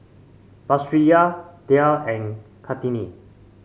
Batrisya Dhia and Kartini